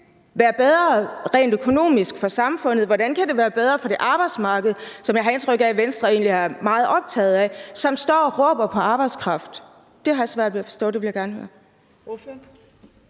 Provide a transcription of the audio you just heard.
Hvordan kan det være bedre rent økonomisk for samfundet? Hvordan kan det være bedre for det arbejdsmarked, som jeg har indtryk af Venstre egentlig er meget optaget af, og som står og råber på arbejdskraft? Det har jeg svært ved at forstå; det vil jeg gerne høre